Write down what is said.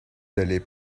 d’aller